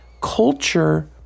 culture